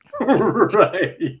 Right